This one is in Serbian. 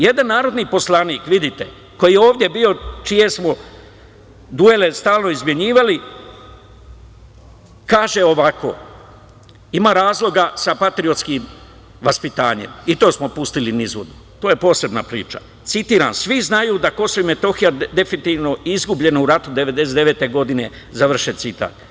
Jedan narodni poslanik, vidite, koji je ovde bio, čije smo duele stalno izmenjivali, kaže ovako, ima razloga sa patriotskim vaspitanjem, i to smo pustili niz vodu, to je posebna priča, citiram: „Svi znaju da je Kosovo i Metohija definitivno izgubljeno u ratu 1999. godine“, završen citat.